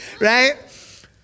Right